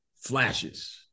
flashes